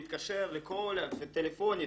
להתקשר טלפונית,